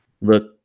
look